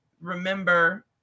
remember